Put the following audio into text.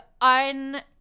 un